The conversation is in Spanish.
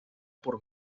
por